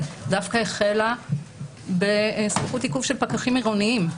דווקא החלה בסמכות עיכוב של פקחים עירוניים,